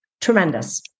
Tremendous